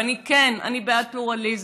וכן, אני בעד פלורליזם,